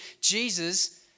Jesus